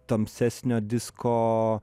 tamsesnio disko